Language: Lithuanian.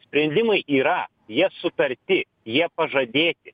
sprendimai yra jie sutarti jie pažadėti